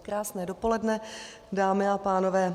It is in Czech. Krásné dopoledne, dámy a pánové.